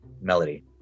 melody